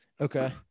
Okay